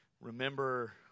remember